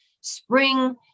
Spring